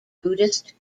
buddhist